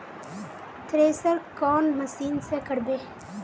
Thresher कौन machine से करबे?